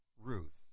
Ruth